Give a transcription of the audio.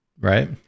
Right